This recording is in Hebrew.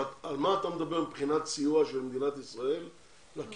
על מה אתה מדבר מבחינת סיוע של מדינת ישראל בקהילות?